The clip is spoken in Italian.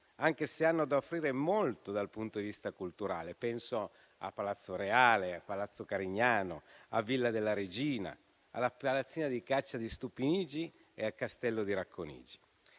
anche se hanno da offrire molto dal punto di vista culturale. Penso a Palazzo Reale, a Palazzo Carignano, a Villa della Regina, alla Palazzina di caccia di Stupinigi e al Castello di Racconigi.